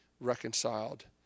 reconciled